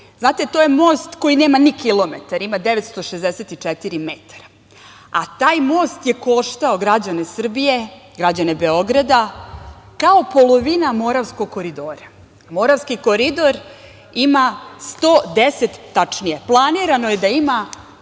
to je most koji nema ni kilometar, ima 964 metara. Taj most je koštao građane Srbije, građane Beograda kao polovina Moravskog koridora. Moravski koridor ima 110, tačnije planirano je da ima